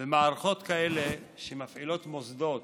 מערכות כאלה, שמפעילות מוסדות